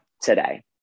today